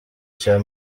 cya